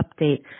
update